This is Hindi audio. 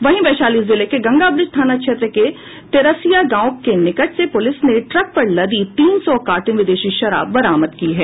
वहीं वैशाली जिले के गंगाब्रिज थाना क्षेत्र के तेरसिया गांव के निकट से पुलिस ने ट्रक पर लदी तीन सौ कार्टन विदेशी शराब बरामद की है